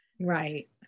Right